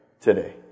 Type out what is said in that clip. today